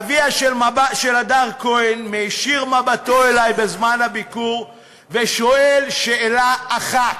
אביה של הדר כהן מישיר מבטו אלי בזמן הביקור ושואל שאלה אחת: